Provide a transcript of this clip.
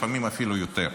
לפעמים אפילו יותר.